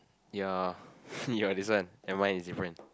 ya your this one and mine is different